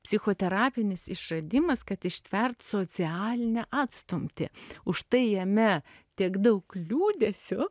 psichoterapinis išradimas kad ištvert socialinę atstumtį už tai jame tiek daug liūdesio